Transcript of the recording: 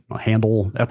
handle